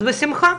אז בשמחה.